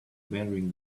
wearing